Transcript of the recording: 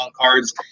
cards